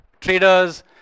traders